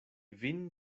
vin